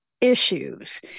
issues